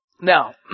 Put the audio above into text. Now